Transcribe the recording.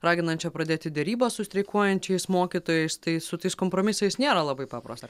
raginančia pradėti derybas su streikuojančiais mokytojais tai su tais kompromisais nėra labai paprasta